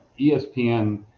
ESPN